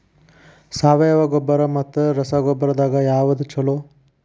ಸಾವಯವ ಗೊಬ್ಬರ ಮತ್ತ ರಸಗೊಬ್ಬರದಾಗ ಯಾವದು ಛಲೋ?